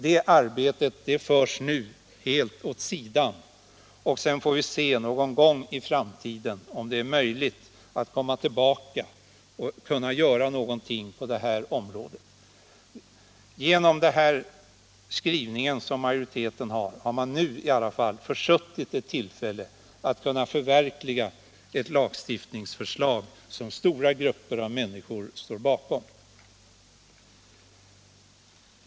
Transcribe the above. Det arbetet förs nu åt sidan, och vi får se om vi någon gång i framtiden möjligen kan komma tillbaka och göra någonting på detta område. Genom utskottsmajoritetens skrivning har man nu försuttit ett tillfälle att förverkliga ett lagstiftningsförslag som stora grupper av människor står bakom.